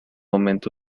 momento